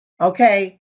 okay